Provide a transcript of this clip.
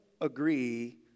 agree